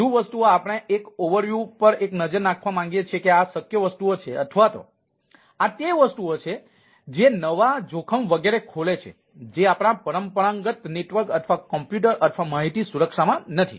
વધુ વસ્તુઓ આપણે એક ઝાંખી પર એક નજર નાખવા માંગીએ છીએ કે આ શક્ય વસ્તુઓ છે અથવા આ તે વસ્તુઓ પર છે જે નવા જોખમ વગેરે ખોલે છે જે આપણા પરંપરાગત નેટવર્ક અથવા કમ્પ્યુટર અથવા માહિતી સુરક્ષામાં નથી